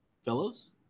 Fellows